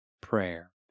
prayer